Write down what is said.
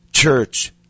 church